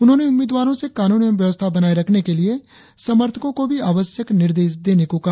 उन्होंने उम्मीदवारों से कानून एवं व्यवस्था बनाए रखने के लिए समर्थकों को भी आवश्यक निर्देश देने को कहा